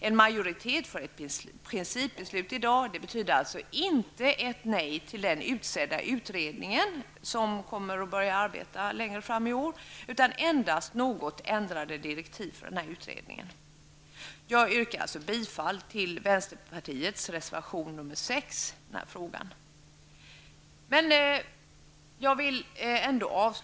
En majoritet för principbeslutet i dag betyder alltså inte ett nej till den utsedda utredningen, som kommer att börja arbeta längre fram i år, utan endast något ändrade direktiv. Jag yrkar bifall till vänsterpartiets reservation nr 6.